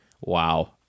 wow